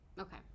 Okay